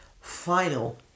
final